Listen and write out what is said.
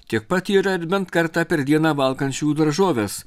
tiek pat yra ir bent kartą per dieną valgančių daržoves